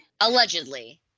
Allegedly